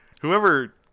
whoever